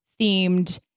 themed